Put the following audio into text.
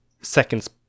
seconds